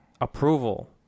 approval